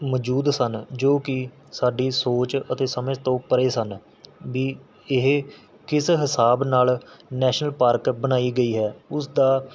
ਮੌਜੂਦ ਸਨ ਜੋ ਕਿ ਸਾਡੀ ਸੋਚ ਅਤੇ ਸਮਝ ਤੋਂ ਪਰ੍ਹੇ ਸਨ ਵੀ ਇਹ ਕਿਸ ਹਿਸਾਬ ਨਾਲ਼ ਨੈਸ਼ਨਲ ਪਾਰਕ ਬਣਾਈ ਗਈ ਹੈ ਉਸਦਾ